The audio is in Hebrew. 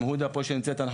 עם הודא שנמצאת פה,